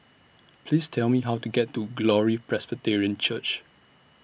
Please Tell Me How to get to Glory Presbyterian Church